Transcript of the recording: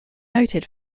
noted